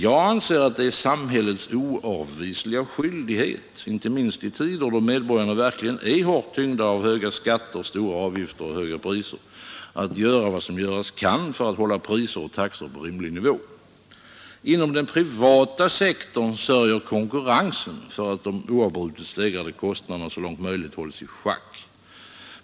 Jag anser att det är samhällets oavvisliga skyldighet — inte minst i tider då medborgarna verkligen är hårt tyngda av höga skatter, stora avgifter och höga priser — att göra vad som göras kan för att hålla priser och taxor på rimlig nivå. Inom den privata sektorn sörjer konkurrensen för att de oavbrutet stegrade kostnaderna så långt möjligt hålls i schack.